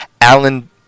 Alan